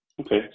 Okay